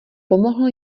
pomohl